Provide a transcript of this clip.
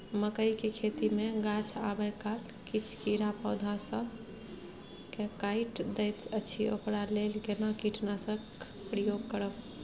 मकई के खेती मे गाछ आबै काल किछ कीरा पौधा स के काइट दैत अछि ओकरा लेल केना कीटनासक प्रयोग करब?